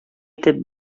иттереп